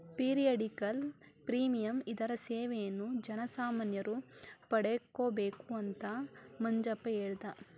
periodical premium ಇದರ ಸೇವೆಯನ್ನು ಜನಸಾಮಾನ್ಯರು ಪಡಕೊಬೇಕು ಅಂತ ಮಂಜಪ್ಪ ಹೇಳ್ದ